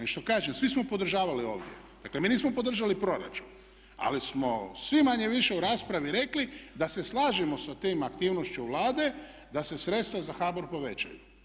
I što kaže svi smo podržavali ovdje, dakle mi nismo podržali proračun ali smo svi manje-više u raspravi rekli da se slažemo sa tom aktivnošću Vlade da se sredstva za HBOR povećaju.